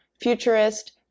futurist